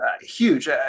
Huge